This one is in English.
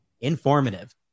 informative